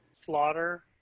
Slaughter